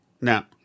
now